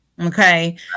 okay